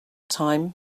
time